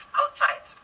outside